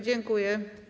Dziękuję.